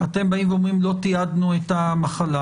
ואתם ואומרים: לא תיעדנו את המחלה?